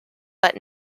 but